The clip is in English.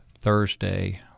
Thursday